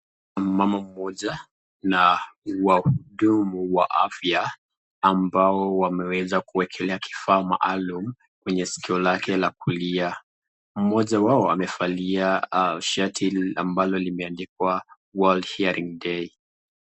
Mama moja na wahudumu wa afya, ambao wameweza kuwekelea kifaa maalum, kwenye sikio lake la kulia. Moja wao amevalia shati ambalo limeandikwa [sc]world sharing day .